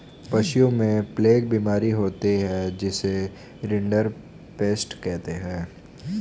पशुओं में प्लेग बीमारी होती है जिसे रिंडरपेस्ट कहते हैं